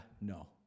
no